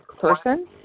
person